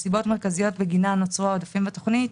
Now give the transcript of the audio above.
הסיבות המרכזיות בגינן נוצרו העודפים בתוכנית